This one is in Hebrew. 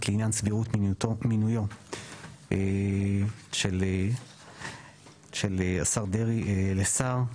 לעניין סבירות מינויו של השר דרעי לשר.